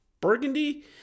Burgundy